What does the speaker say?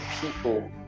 people